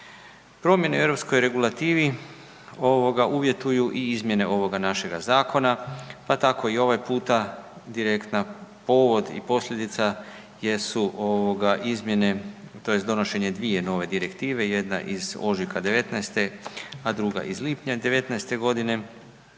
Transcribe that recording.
Promjene u europskoj regulativi, ovoga, uvjetuju i izmjene ovoga našega Zakona, pa tako i ovaj puta direktna povod i posljedica jesu, ovoga, izmjene to jest donošenje dvije nove Direktive, jedna iz ožujka 2019.-te, a druga iz lipnja 2019.-te godine,